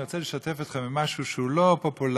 ואני רוצה לשתף אתכם במשהו שהוא לא פופולרי,